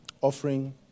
Offering